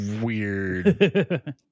weird